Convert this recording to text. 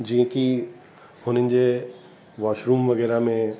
जीअं की हुननि जे वॉशरूम वग़ैरह में